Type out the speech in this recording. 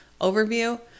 Overview